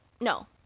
No